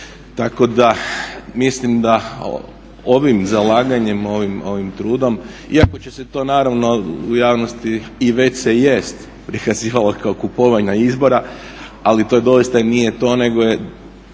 Tako da mislim da ovim zalaganjem, ovim trudom iako će se to naravno u javnosti i već se jest prikazivalo kao kupovina izbora ali to doista nije to nego je